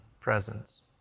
presence